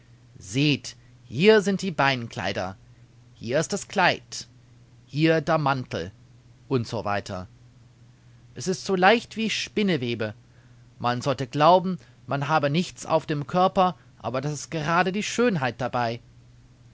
seht hier sind die beinkleider hier ist das kleid hier der mantel und so weiter es ist so leicht wie spinnewebe man sollte glauben man habe nichts auf dem körper aber das ist gerade die schönheit dabei